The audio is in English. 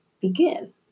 begin